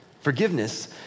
Forgiveness